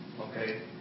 Okay